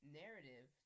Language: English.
narrative